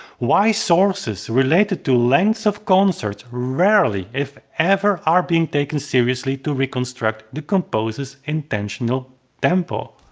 why sources related to lengths of concerts rarely if ever are being taken seriously to reconstruct the composer's intentional tempo.